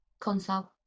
console